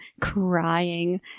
crying